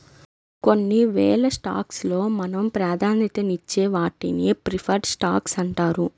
కొన్నివేల స్టాక్స్ లో మనం ప్రాధాన్యతనిచ్చే వాటిని ప్రిఫర్డ్ స్టాక్స్ అంటారు